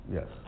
Yes